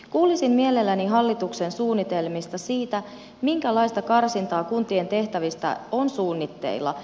kuulisin mielelläni hallituksen suunnitelmista siitä minkälaista karsintaa kuntien tehtävistä on suunnitteilla